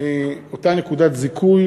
אותה נקודת זיכוי.